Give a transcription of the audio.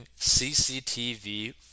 CCTV